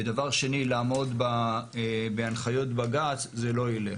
ודבר שני, לעמוד בהנחיות בג"צ, זה לא ילך.